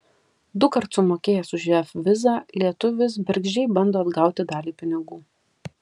dukart sumokėjęs už jav vizą lietuvis bergždžiai bando atgauti dalį pinigų